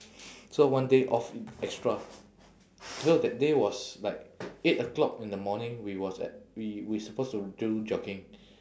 so one day off extra because that day was like eight o'clock in the morning we was at we we supposed to do jogging